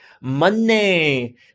money